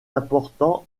importants